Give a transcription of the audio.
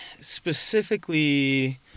specifically